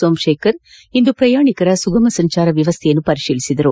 ಸೋಮಶೇಖರ್ ಇಂದು ಪ್ರಯಾಣಿಕರ ಸುಗಮ ಸಂಚಾರ ವ್ಯವಸ್ಥೆ ಪರಿಶೀಲಿಸಿದರು